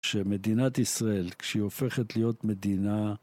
שמדינת ישראל כשהיא הופכת להיות מדינה